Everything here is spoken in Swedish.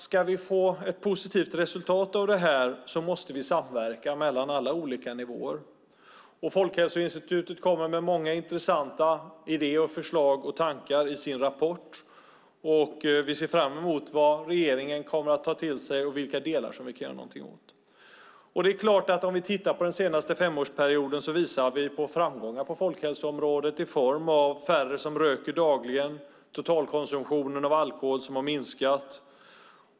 Ska vi få ett positivt resultat av detta måste alla olika nivåer samverka. Folkhälsoinstitutet kommer med många intressanta idéer, förslag och tankar i sin rapport. Vi ser fram emot att få se vad regeringen kommer att ta till sig och vilka delar vi kan göra någonting åt. Under den senaste femårsperioden har vi nått framgångar på folkhälsoområdet i form av att färre röker dagligen och att totalkonsumtionen av alkohol har minskat.